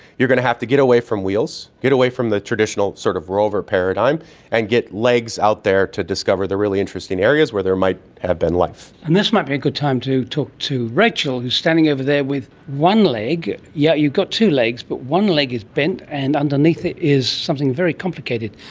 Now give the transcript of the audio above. you're going to have to get away from wheels, get away from the traditional sort of rover paradigm and get legs out there to discover the really interesting areas where there might have been life. and this might be a good time to talk to rachael who is standing over there with one leg. yeah you've got two legs, but one leg is bent and underneath it is something very complicated.